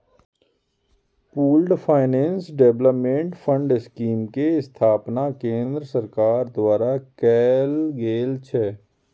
pooled finance development fund scheme के स्थापना केंद्र सरकार द्वारा कैल गेल छै